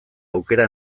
aukera